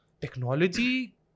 Technology